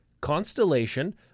Constellation